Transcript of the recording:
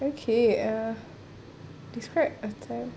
okay uh describe a time